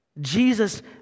Jesus